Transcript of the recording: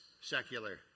secular